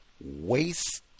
Waste